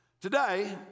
today